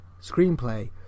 screenplay